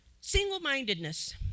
Single-mindedness